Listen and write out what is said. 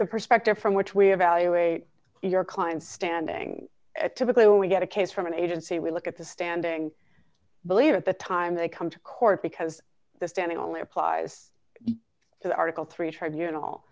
the perspective from which we evaluate your client's standing at typically when we get a case from an agency we look at the standing blair at the time they come to court because the standing only applies to article three tried here and all